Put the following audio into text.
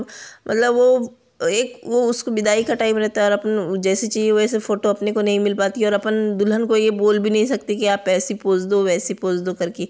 मतलब वह एक वह उस विदाई का टाइम रहता है अपन जैसी फ़ोटो चाहिए वैसे फ़ोटो अपन को नहीं मिल पाती और अपन दुल्हन को यह बोल भी नहीं सकते कि आप ऐसी पोज़ दो वैसे पोज़ दो करके